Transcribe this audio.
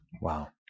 wow